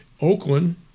Oakland